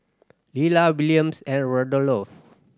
Lella Williams and Rudolph